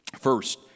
First